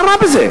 מה רע בזה?